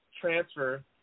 transfer